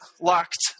locked